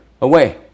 away